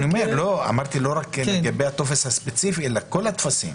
אמרתי לא רק לגבי הטופס הספציפי אלא כל הטפסים